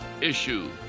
issue